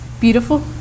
Beautiful